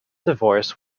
divorced